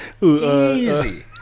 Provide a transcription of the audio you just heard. Easy